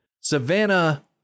Savannah